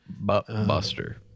Buster